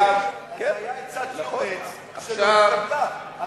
זו היתה עצת יועץ שלא התקבלה.